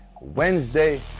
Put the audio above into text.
Wednesday